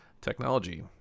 technology